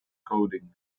coding